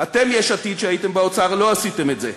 אתם, יש עתיד, כשהייתם באוצר, לא עשיתם את זה,